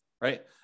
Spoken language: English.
right